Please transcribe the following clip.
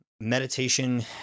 meditation